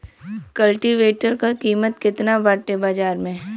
कल्टी वेटर क कीमत केतना बाटे बाजार में?